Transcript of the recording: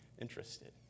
interested